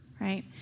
right